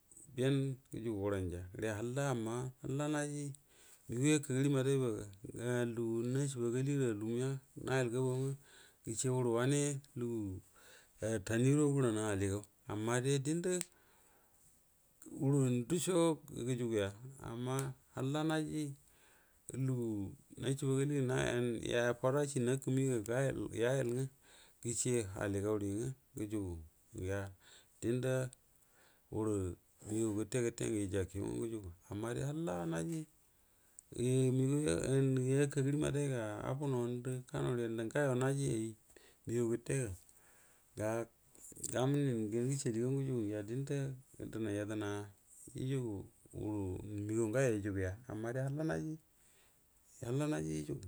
Bɛn gujugu huranja, halla amma naji nəgaw yaka gərie madəgay mbaga, lugu nacibagali gərə alu məa nayən gaboguə ngwə grce huru wanə lugu taanie suəro huranna aligau amma de diendə huru nduco guju guya amma halla naji lugu naci ba gali gərə foda shi nakamuga ya yəl ngwe gəcɛ aligauri ngwə gujuju gva ndəndə huru məgaw grtə gətə ngwə gəjje kui ngwə gujugu naji megaw yakagəri madəgayga abuno, andə, kanuri yan gawo naji an nəgand gəte ga gamu nin gyən gəce ali gagu ngwə gəjugu gra dəndə damu yədəna yrkug huru məgaw gawo yəjuga.